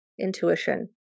intuition